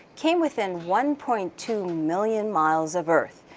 came within one point two million miles of earth.